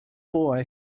boy